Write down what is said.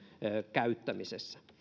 käyttämisessä